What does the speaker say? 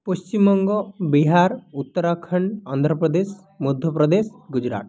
Paschimbanga Bihar Uttarakhand Andhra Pradesh Madhya Pradesh Gujarat